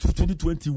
2020